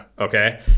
Okay